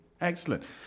Excellent